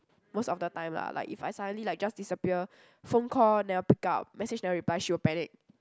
most of the time lah like if I suddenly like just disappear phone call never pick up message never reply she will panic